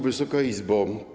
Wysoka Izbo!